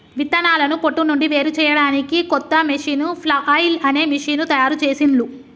విత్తనాలను పొట్టు నుండి వేరుచేయడానికి కొత్త మెషీను ఫ్లఐల్ అనే మెషీను తయారుచేసిండ్లు